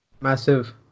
Massive